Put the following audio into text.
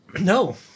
No